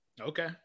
Okay